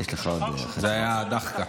זה היה דחקה.